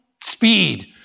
speed